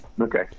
okay